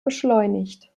beschleunigt